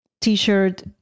t-shirt